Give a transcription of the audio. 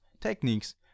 techniques